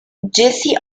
jessie